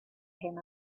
him